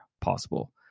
possible